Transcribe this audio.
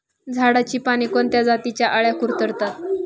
झाडाची पाने कोणत्या जातीच्या अळ्या कुरडतात?